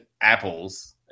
apples